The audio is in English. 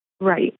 Right